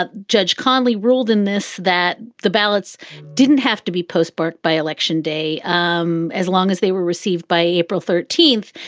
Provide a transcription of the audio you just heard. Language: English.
ah judge connelly ruled in this that the ballots didn't have to be postmarked by election day um as long as they were received by april thirteenth.